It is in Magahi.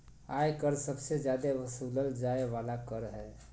आय कर सबसे जादे वसूलल जाय वाला कर हय